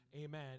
Amen